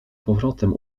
powrotem